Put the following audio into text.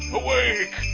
awake